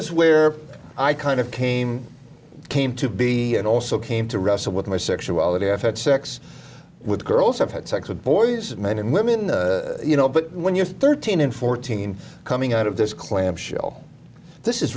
is where i kind of came came to be and also came to wrestle with my sexuality i've had sex with girls i've had sex with boys men and women you know but when you're thirteen and fourteen coming out of this